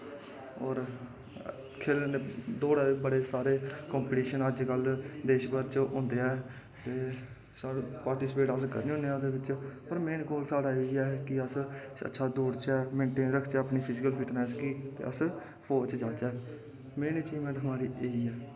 दौड़ा दे बड़े सारे कंपिटिशन अजकल्ल देश भर च होंदे न ते पाटिसिपेट अस करने होन्ने आं उस बिच्च पर मेन रोल साढ़ा इ'यै कि अस अच्छा दौड़चै अच्छा मेनटेन रखचै अपने फिजिकल फिटनैस गी ते अस फौज़ च जाचै मेरी मेन अचीवमैंट एह् ही ऐ